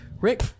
Rick